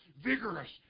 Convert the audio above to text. Vigorous